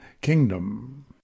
kingdom